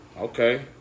Okay